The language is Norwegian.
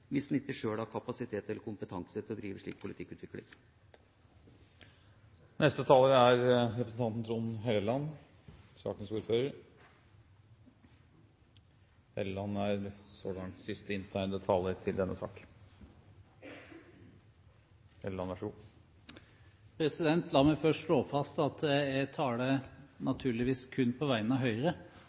sjøl har kapasitet eller kompetanse til å drive slik politikkutvikling. La meg først slå fast at jeg naturligvis taler kun på vegne av Høyre. Høyre og Senterpartiet er